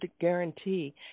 guarantee